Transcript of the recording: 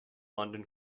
london